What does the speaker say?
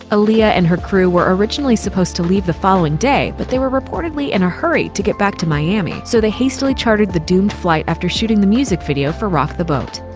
aaliyah and her crew were originally supposed to leave the following day, but they were reportedly in a hurry to get back to miami, so they hastily chartered the doomed flight after shooting the music video for rock the boat.